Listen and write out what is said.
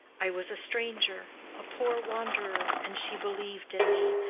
i was a stranger, a poor wanderer, and she believed in me,